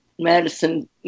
medicine